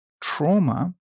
trauma